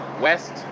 West